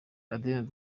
adeline